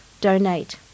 donate